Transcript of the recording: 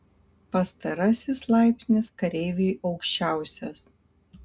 pastarasis laipsnis kareiviui aukščiausias